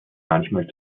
manchmal